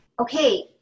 okay